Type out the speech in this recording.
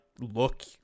look